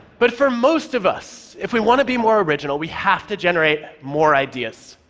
but for most of us, if we want to be more original, we have to generate more ideas.